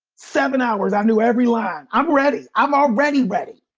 seven hours i knew every line. i'm ready, i'm already ready.